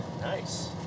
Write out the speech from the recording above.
Nice